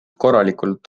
korralikult